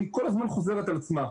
והיא כל הזמן חוזרת על עצמה,